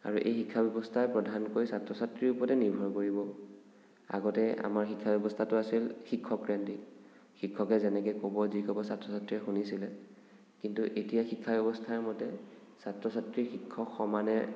আৰু এই শিক্ষা ব্যৱস্থাই প্ৰধানকৈ ছাত্ৰ ছাত্ৰীৰ ওপৰতেই নিৰ্ভৰ কৰিব আগতে আমাৰ শিক্ষা ব্যৱস্থাটো আছিল শিক্ষককেন্দ্ৰিক শিক্ষকে যেনেকে ক'ব যি ক'ব ছাত্ৰ ছাত্ৰীয়ে শুনিছিলে কিন্তু এতিয়াৰ শিক্ষা ব্যৱস্থাৰ মতে ছাত্ৰ ছাত্ৰী শিক্ষক সমানে